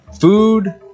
Food